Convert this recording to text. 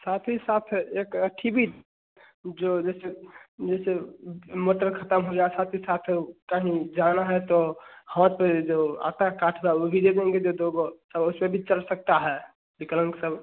साथ ही साथ एक अथी भी जो जैसे जैसे मोटर ख़त्म हो जाता है साथ ही साथ कहीं जाना है तो हाथ पर जो आता है काठ वाल ऊ भी लेगो उनके लिए दो गो तब ओसे भी चल सकता है विकलांग सब